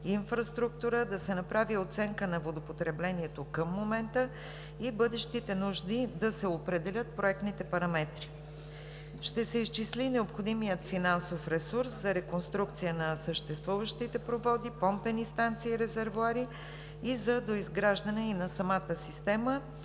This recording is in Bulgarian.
инфраструктура, да се направи оценка на водопотреблението към момента и бъдещите нужди, да се определят проектните параметри. Ще се изчисли необходимият финансов ресурс за реконструкция на съществуващите проводи, помпени станции и резервоари и за доизграждане и на самата система